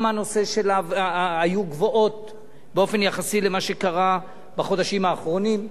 היו גבוהות באופן יחסי למה שקרה בחודשים האחרונים.